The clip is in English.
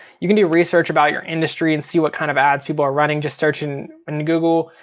you can do research about your industry and see what kind of ads people are running, just search in and google.